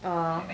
orh